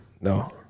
No